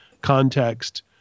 context